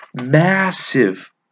massive